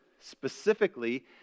specifically